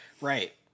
Right